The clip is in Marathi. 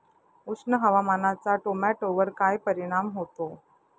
उष्ण हवामानाचा टोमॅटोवर काय परिणाम होतो?